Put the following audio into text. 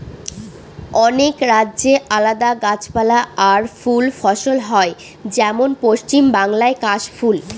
অনেক রাজ্যে আলাদা গাছপালা আর ফুল ফসল হয় যেমন পশ্চিম বাংলায় কাশ ফুল